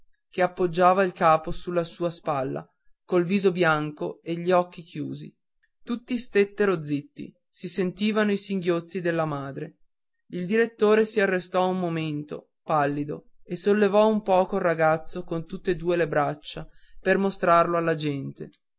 che appoggiava il capo sulla sua spalla col viso bianco e gli occhi chiusi tutti stettero zitti si sentivano i singhiozzi della madre il direttore si arrestò un momento pallido e sollevò un poco il ragazzo con tutt'e due le braccia per mostrarlo alla gente